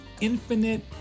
infinite